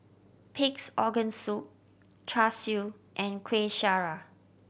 Pig's Organ Soup Char Siu and Kueh Syara